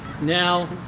Now